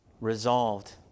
Resolved